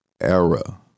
era